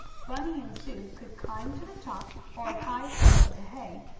bunny and sue could climb to the top, or high place of the hay,